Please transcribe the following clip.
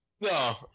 No